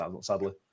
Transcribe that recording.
sadly